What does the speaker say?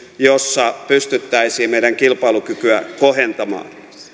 jossa pystyttäisiin meidän kilpailukykyä kohentamaan